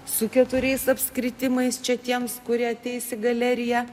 su keturiais apskritimais čia tiems kurie ateis į galeriją